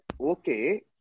okay